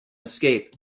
escape